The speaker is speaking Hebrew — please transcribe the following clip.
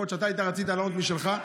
יכול להיות שאתה רצית לענות משלך,